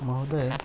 महोदय